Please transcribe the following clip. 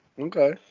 Okay